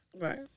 Right